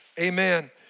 Amen